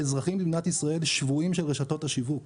האזרחים במדינת ישראל שבויים של רשתות השיווק.